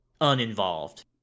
uninvolved